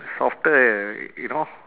softer you know